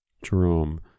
jerome